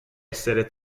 essere